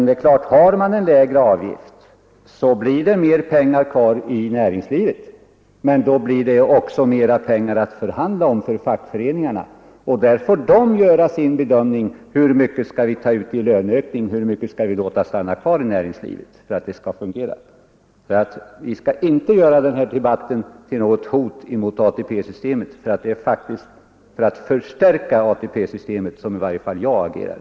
Det är klart att om avgiften är lägre blir det mer pengar kvar i näringslivet, men då blir det också mer pengar att förhandla om för fackföreningarna, och där får de göra sin bedömning: Hur mycket skall vi ta ut i löneökning och hur mycket skall vi låta stanna kvar i näringslivet för att det skall fungera? Vi skall inte göra den här debatten till något hot mot ATP-systemet, för det är faktiskt för att förstärka ATP-systemet som i varje fall jag agerar.